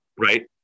right